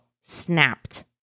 snapped